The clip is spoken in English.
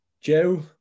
Joe